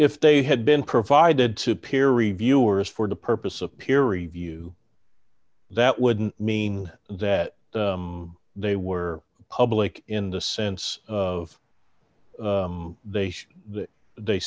if they had been provided to peer reviewers for the purpose of peer review that wouldn't mean that they were public in the sense of they that they